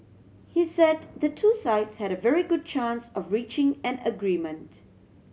he said the two sides had a very good chance of reaching an agreement